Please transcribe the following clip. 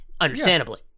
understandably